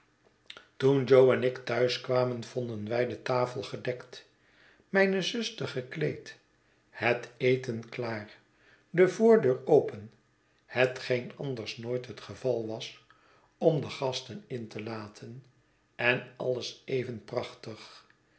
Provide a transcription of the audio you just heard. toen jo en ik thuis kwamen vonden wij de tafel gedekt mijne zuster gekleed het eten klaar de voordeur open hetgeen anders nooit het geval was om de gasten in te laten en alles even prachtig